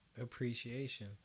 appreciation